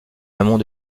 amont